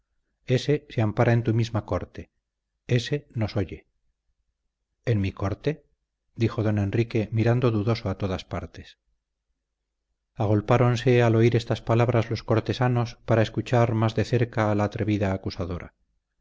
ése se ampara en tu misma corte ése nos oye en mi corte dijo don enrique mirando dudoso a todas partes agolpáronse al oír estas palabras los cortesanos para escuchar más de cerca a la atrevida acusadora